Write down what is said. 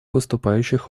выступающих